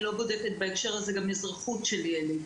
אני לא בודקת גם אזרחות של ילד.